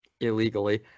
illegally